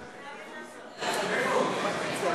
למה.